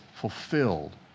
fulfilled